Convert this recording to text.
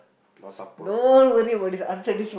no supper